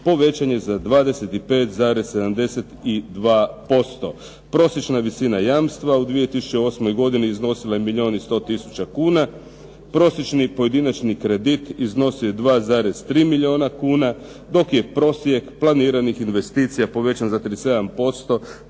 povećan je za 25,72%. Prosječna visina jamstva u 2008. godini iznosila je milijon i 100 tisuća kuna, prosječni pojedinačni kredit iznosio je 2,3 milijona kuna, dok je prosjek planiranih investicija povećan za 37%